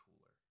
cooler